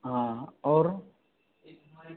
हाँ और